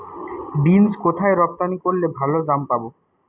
Beans কোথায় রপ্তানি করলে ভালো দাম পাব?